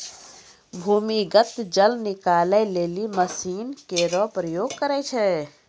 भूमीगत जल निकाले लेलि मसीन केरो प्रयोग करै छै